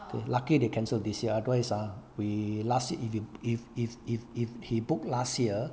the lucky they cancel this year otherwise ah we last year if if you if if if if he book last year